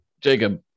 jacob